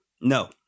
No